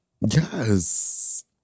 Yes